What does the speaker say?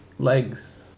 Legs